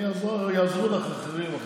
יעזרו לך אחרים.